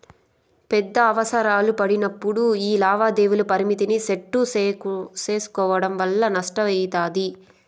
పెద్ద అవసరాలు పడినప్పుడు యీ లావాదేవీల పరిమితిని సెట్టు సేసుకోవడం వల్ల నష్టమయితది